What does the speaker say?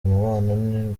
umubano